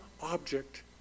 object